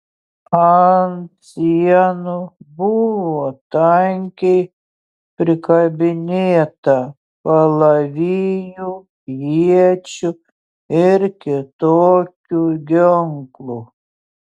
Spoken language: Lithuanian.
ant sienų buvo tankiai prikabinėta kalavijų iečių ir kitokių ginklų